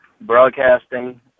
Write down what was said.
broadcasting